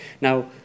Now